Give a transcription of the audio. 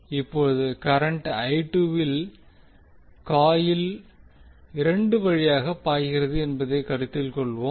இப்போது current coil 2 வழியாக பாய்கிறது என்பதைக் கருத்தில் கொள்வோம்